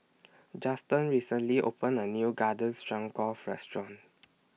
Juston recently opened A New Garden Stroganoff Restaurant